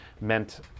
meant